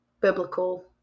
biblical